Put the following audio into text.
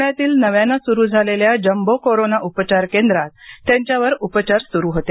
पूण्यातील नव्यानं सुरु झालेल्या जम्बो कोरोना उपचार केंद्रात त्यांच्यावर उपचार सुरु होते